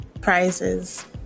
prizes